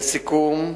לסיכום,